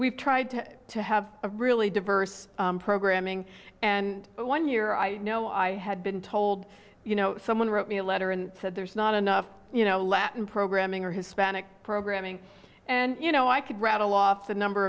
we've tried to have a really diverse programming and one year i know i had been told you know someone wrote me a letter and said there's not enough you know latin programming or hispanic programming and you know i could rattle off the number